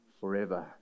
forever